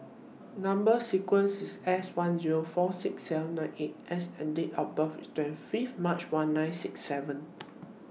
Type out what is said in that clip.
Number sequence IS S one Zero four six seven nine eight S and Date of birth IS twenty Fifth March one nine six seven